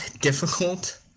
difficult